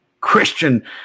Christian